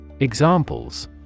Examples